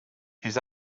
his